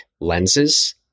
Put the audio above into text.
lenses